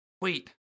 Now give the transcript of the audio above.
Wait